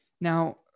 Now